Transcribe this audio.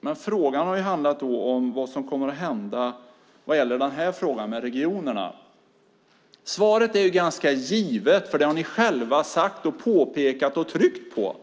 men frågan har handlat om vad som kommer att hända vad gäller regionerna. Svaret är ganska givet, för det har ni själva sagt, påpekat och tryckt på.